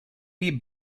deep